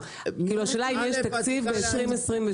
עושים את זה בשלבים.